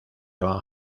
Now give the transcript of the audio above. van